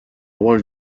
walt